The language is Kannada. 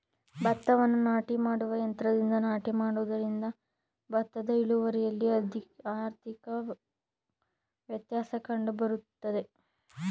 ಭತ್ತವನ್ನು ನಾಟಿ ಮಾಡುವ ಯಂತ್ರದಿಂದ ನಾಟಿ ಮಾಡುವುದರಿಂದ ಭತ್ತದ ಇಳುವರಿಯಲ್ಲಿ ಅಧಿಕ ವ್ಯತ್ಯಾಸ ಕಂಡುಬರುವುದೇ?